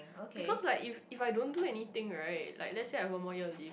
because like if if I don't do anything right like let's say I have one more year to live